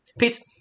Peace